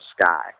sky